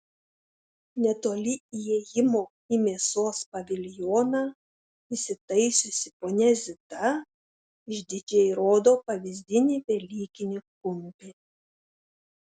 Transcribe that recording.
netoli įėjimo į mėsos paviljoną įsitaisiusi ponia zita išdidžiai rodo pavyzdinį velykinį kumpį